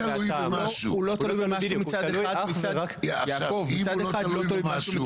אם הוא לא תלוי במשהו,